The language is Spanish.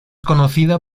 conocida